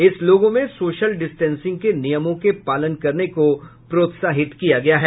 इस लोगो में social distancing के नियमों के पालन करने को प्रोत्साहित किया गया है